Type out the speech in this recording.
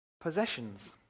possessions